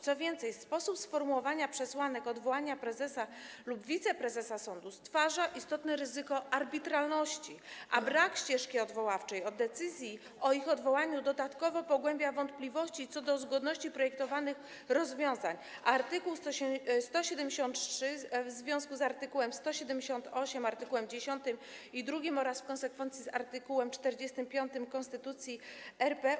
Co więcej, sposób sformułowania przesłanek odwołania prezesa lub wiceprezesa sądu stwarza istotne ryzyko arbitralności, a brak ścieżki odwoławczej od decyzji o ich odwołaniu dodatkowo pogłębia wątpliwości co do zgodności projektowanych rozwiązań z konstytucją, art. 173 w związku z art. 178, art. 10 i art. 2 oraz w konsekwencji z art. 45 Konstytucji RP.